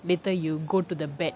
later you go to the bad